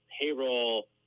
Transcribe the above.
payroll